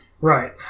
Right